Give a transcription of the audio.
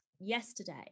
yesterday